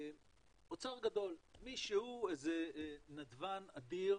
אוצר גדול, מישהו, נדבן אדיר